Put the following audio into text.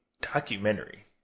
documentary